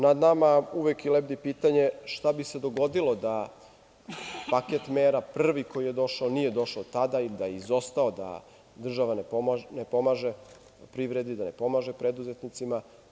Nad nama uvek i lebdi pitanje šta bi se dogodilo da paket mera, prvi koji je došao, nije došao tada i da je izostao, da država ne pomaže privredi, da ne pomaže preduzetnicima.